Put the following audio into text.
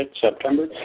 September